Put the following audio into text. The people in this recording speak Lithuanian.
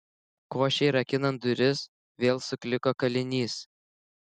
košei rakinant duris vėl sukliko kalinys